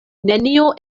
nenio